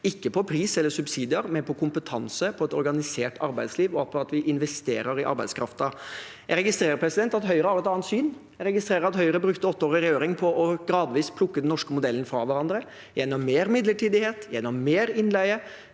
ikke på pris eller på subsidier, men på kompetanse, på et organisert arbeidsliv, og på at vi investerer i arbeidskraften. Jeg registrerer at Høyre har et annet syn. Jeg registrerer at Høyre brukte åtte år i regjering på gradvis å plukke den norske modellen fra hverandre gjennom mer midlertidighet og mer innleie